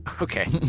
Okay